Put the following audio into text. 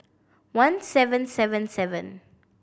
one seven seven seven